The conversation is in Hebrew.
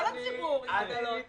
כל הציבור מסתובב עם עגלות תינוקות.